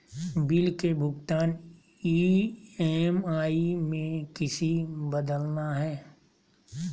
Bill के भुगतान EMI में किसी बदलना है?